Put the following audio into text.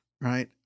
right